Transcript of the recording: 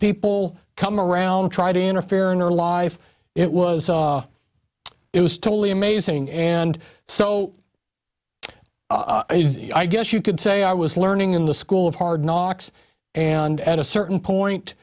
people come around try to interfere in your life it was it was totally amazing and so i guess you could say i was learning in the school of hard knocks and at a certain point